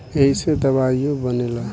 ऐइसे दवाइयो बनेला